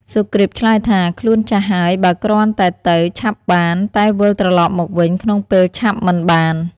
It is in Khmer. សុគ្រីពឆ្លើយថា ខ្លួនចាស់ហើយ បើគ្រាន់តែទៅឆាប់បាន តែវិលត្រឡប់មកវិញក្នុងពេលឆាប់មិនបាន។